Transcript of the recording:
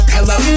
Hello